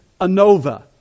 Anova